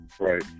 Right